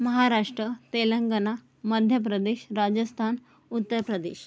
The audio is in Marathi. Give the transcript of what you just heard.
महाराष्ट्र तेलंगणा मध्यप्रदेश राजस्थान उत्तर प्रदेश